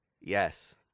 Yes